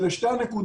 אלה שתי נקודות.